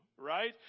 Right